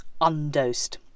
undosed